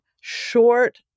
short